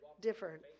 different